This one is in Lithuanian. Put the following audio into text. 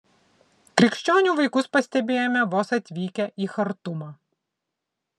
krikščionių vaikus pastebėjome vos atvykę į chartumą